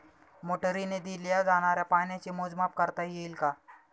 मोटरीने दिल्या जाणाऱ्या पाण्याचे मोजमाप करता येईल का?